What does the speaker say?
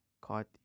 caught